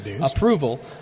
approval